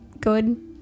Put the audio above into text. good